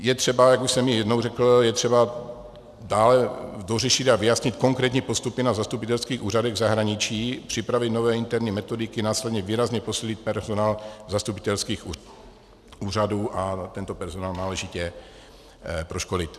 Je třeba, jak už jsem i jednou řekl, je třeba dále dořešit a vyjasnit konkrétní postupy na zastupitelských úřadech v zahraničí, připravit nové interní metodiky, následně výrazně posílit personál zastupitelských úřadů a tento personál náležitě proškolit.